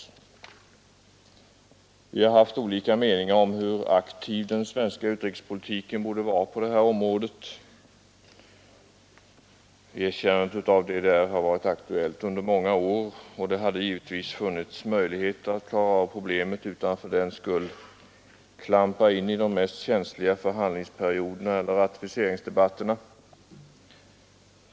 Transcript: Vi har här i riksdagen haft olika meningar om hur aktiv den svenska utrikespolitiken borde vara på detta område. Erkännandet av DDR har varit aktuellt i många år, och det har givetvis funnits möjligheter att lösa problemet utan att fördenskull klampa in under de mest känsliga förhandlingsperioderna eller ratificeringsdebatterna.